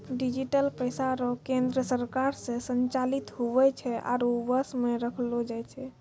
digital पैसा रो केन्द्र सरकार से संचालित हुवै छै आरु वश मे रखलो जाय छै